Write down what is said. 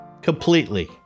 completely